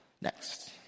Next